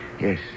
Yes